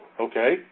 okay